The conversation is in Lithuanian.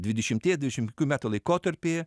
dvidešimties dvidešim metų laikotarpyje